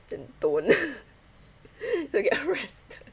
then don't don't get arrested